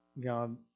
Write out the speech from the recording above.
God